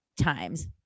times